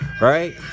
right